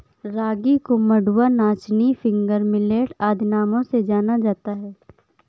रागी को मंडुआ नाचनी फिंगर मिलेट आदि नामों से जाना जाता है